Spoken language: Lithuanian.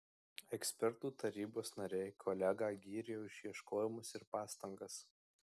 ekspertų tarybos nariai kolegą gyrė už ieškojimus ir pastangas